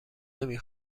نمی